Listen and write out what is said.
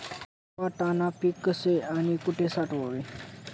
वाटाणा पीक कसे आणि कुठे साठवावे?